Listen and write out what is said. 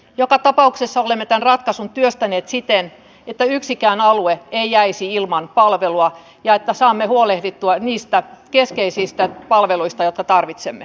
joka tapauksessa olemme tämän ratkaisun työstäneet siten että yksikään alue ei jäisi ilman palvelua ja että saamme huolehdittua niistä keskeisistä palveluista joita tarvitsemme